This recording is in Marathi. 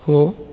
हो